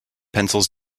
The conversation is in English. pencils